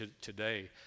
today